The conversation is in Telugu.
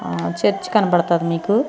చర్చ్ కనపడుతుంది మీకు